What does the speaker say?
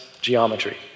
geometry